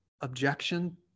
objection